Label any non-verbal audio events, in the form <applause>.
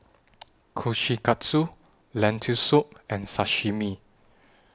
<noise> Kushikatsu Lentil Soup and Sashimi